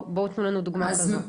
בואו תנו לנו דוגמא כזאת.